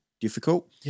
difficult